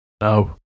No